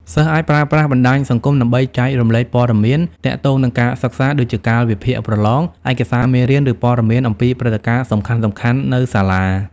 សិស្សអាចប្រើប្រាស់បណ្ដាញសង្គមដើម្បី ចែករំលែកព័ត៌មាន ទាក់ទងនឹងការសិក្សា ដូចជាកាលវិភាគប្រឡង ឯកសារមេរៀន ឬព័ត៌មានអំពីព្រឹត្តិការណ៍សំខាន់ៗនៅសាលា។